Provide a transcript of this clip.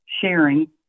sharing